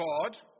God